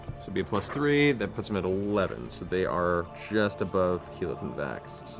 would be plus three, that puts them at eleven, so they are just above keyleth and vax.